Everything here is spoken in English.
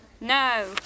No